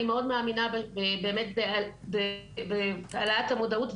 אני מאוד מאמינה בהעלאת המודעות,